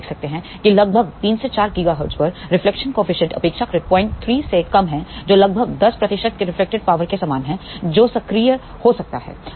आप देख सकते हैं कि लगभग 3 से 4 गीगाहर्ट्ज़ पर रिफ्लेक्शन कोपीसेंट अपेक्षाकृत 03 से कम है जो लगभग 10 प्रतिशत की रिफ्लेक्टेड पावर के समान से है जो स्वीकार्य हो सकता है